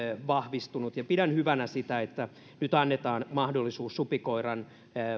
vahvistunut pidän hyvänä sitä että nyt annetaan mahdollisuus supikoiran